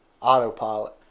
Autopilot